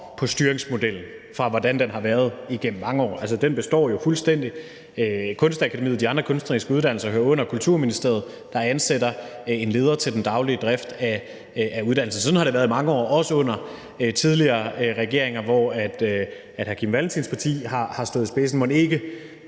på styringsmodellen, som den har været igennem mange år. Altså, den består jo fuldstændigt. Kunstakademiet og de andre kunstneriske uddannelser hører under Kulturministeriet, der ansætter en leder til den daglige drift af uddannelsen. Sådan har det været i mange år, også under tidligere regeringer, som hr. Kim Valentins parti har stået i spidsen